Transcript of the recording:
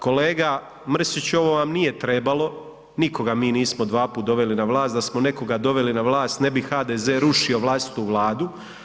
Kolega Mrsić ovo vam nije trebalo, nikoga mi nismo dva puta doveli na vlast, da smo nekoga doveli na vlast ne bi HDZ rušio vlastitu Vladu.